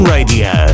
Radio